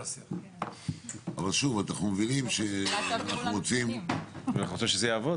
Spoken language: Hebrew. אנחנו מבינים שאם אנחנו רוצים שזה יעבוד